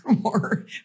more